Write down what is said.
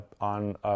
on